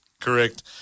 correct